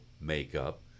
makeup